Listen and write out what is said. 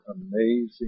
amazing